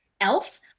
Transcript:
else